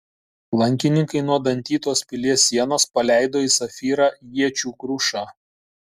lankininkai nuo dantytos pilies sienos paleido į safyrą iečių krušą